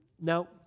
Now